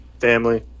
Family